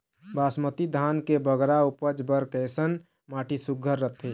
बासमती धान के बगरा उपज बर कैसन माटी सुघ्घर रथे?